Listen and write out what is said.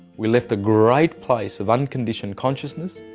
we left a great place of unconditioned consciousness,